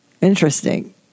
Interesting